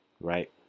right